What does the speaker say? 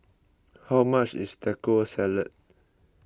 how much is Taco Salad